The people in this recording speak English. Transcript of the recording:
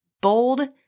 bold